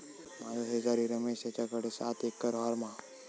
माझो शेजारी रमेश तेच्याकडे सात एकर हॉर्म हा